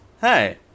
Hey